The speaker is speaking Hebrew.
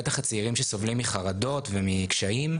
בטח הצעירים שסובלים מחרדות ומקשיים,